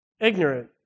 ignorant